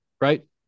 right